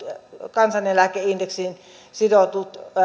kansaneläkeindeksiin sidotut